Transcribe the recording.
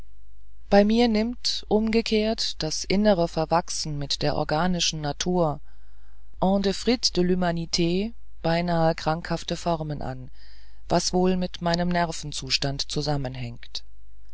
bei mir nimmt umgekehrt das innere verwachsen mit der organischen natur en defrit de l'humanit beinahe krankhafte formen an was wohl mit meinem nervenzustand zusammenhängt